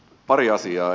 pari asiaa